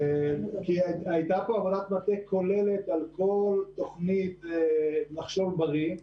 הייתה פה עבודת מטה כוללת על כל תוכנית "נחשול בריא".